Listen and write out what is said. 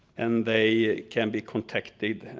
and they can be contacted.